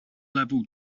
level